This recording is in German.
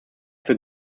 für